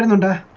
and and